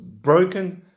broken